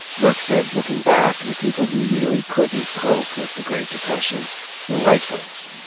burke said, looking back, the people who really couldn't cope with the great depression were white folks.